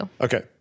okay